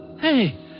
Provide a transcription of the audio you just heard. Hey